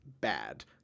bad